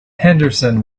henderson